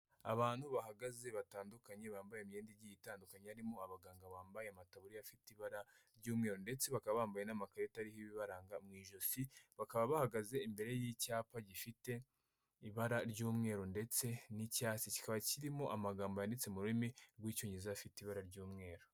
Abantu bahagaze batandukanye bambaye imyenda igiye itandukanye, harimo abaganga bambaye amataburiya afite ibara ry'umweru ndetse bakaba bambaye n'amakarita ariho ibibaranga mu ijosi, bakaba bahagaze imbere y'icyapa gifite ibara ry'umweru ndetse n'icyatsi, kikaba kirimo amagambo yanditse mu rurimi rw'Icyongereza afite ibara ry'umweru.